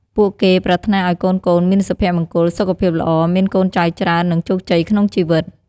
ពួកគេប្រាថ្នាឱ្យកូនៗមានសុភមង្គល សុខភាពល្អ មានកូនចៅច្រើន និងជោគជ័យក្នុងជីវិត។